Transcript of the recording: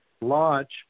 launch